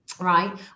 Right